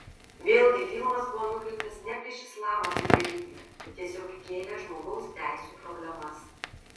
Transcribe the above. vėlgi filmas buvo nukreiptas ne prieš islamą kaip religiją tiesiog kėlė žmogaus teisių problemas